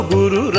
Guru